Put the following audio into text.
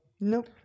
Nope